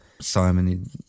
Simon